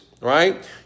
right